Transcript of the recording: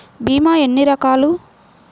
భీమ ఎన్ని రకాలు?